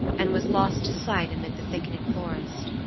and was lost to sight amid the thickening forest.